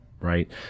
right